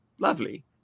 lovely